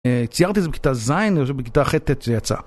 ציירתי את זה בכיתה זין, ובכיתה ח' זה יצא.